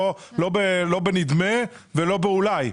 לא בנדמה ולא באולי.